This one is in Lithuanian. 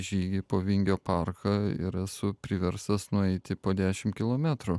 žygį po vingio parką ir esu priverstas nueiti po dešim kilometrų